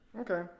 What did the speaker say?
Okay